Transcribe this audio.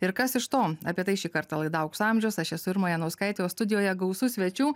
ir kas iš to apie tai šį kartą laida aukso amžius aš esu irma janauskaitė o studijoje gausu svečių